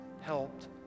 helped